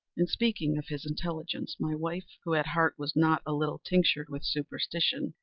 in speaking of his intelligence, my wife, who at heart was not a little tinctured with superstition,